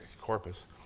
Corpus